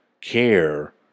care